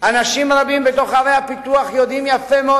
אנשים רבים בערי הפיתוח יודעים יפה מאוד